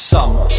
Summer